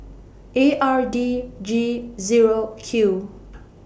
A R D G Zero Q